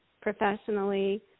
professionally